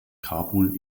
kabul